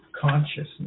consciousness